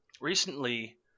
recently